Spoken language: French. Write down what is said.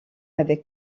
avec